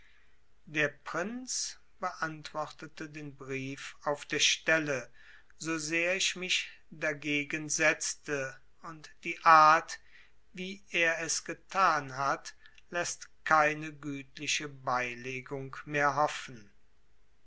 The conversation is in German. der prinz beantwortete den brief auf der stelle so sehr ich mich dagegen setzte und die art wie er es getan hat läßt keine gütliche beilegung mehr hoffen